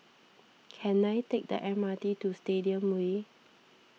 can I take the M R T to Stadium Way